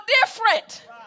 different